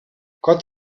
gott